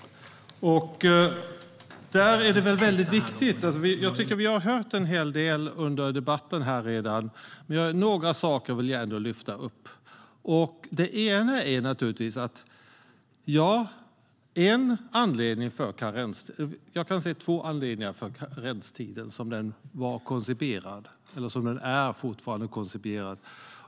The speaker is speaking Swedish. Vi har redan hört en hel del under debatten, men jag vill ändå lyfta upp några saker. Jag kan se två anledningar till karenstiden som den var och fortfarande är koncipierad.